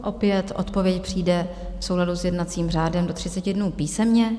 Opět odpověď přijde v souladu s jednacím řádem do 30 dnů písemně.